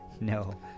no